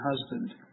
husband